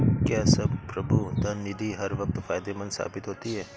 क्या संप्रभु धन निधि हर वक्त फायदेमंद साबित होती है?